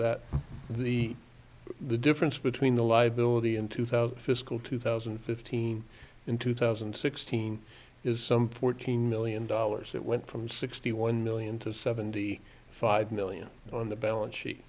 that the the difference between the liability in two thousand fiscal two thousand and fifteen in two thousand and sixteen is some fourteen million dollars it went from sixty one million to seventy five million on the balance sheet